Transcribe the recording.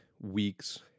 weeks